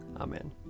Amen